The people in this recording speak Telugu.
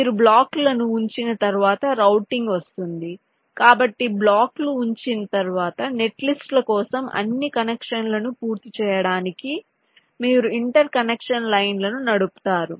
మీరు బ్లాక్లను ఉంచిన తర్వాత రౌటింగ్ వస్తుంది కాబట్టి బ్లాక్లు ఉంచిన తర్వాత నెట్లిస్టుల కోసం అన్ని కనెక్షన్లను పూర్తి చేయడానికి మీరు ఇంటర్కనెక్షన్ లైన్లను నడుపుతారు